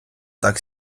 так